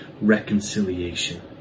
reconciliation